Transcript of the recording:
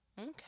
okay